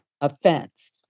offense